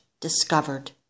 discovered